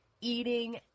eating